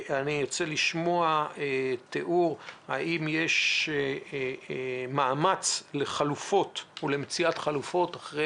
אני ארצה לשמוע תיאור האם יש מאמץ למציאת חלופות אחרי,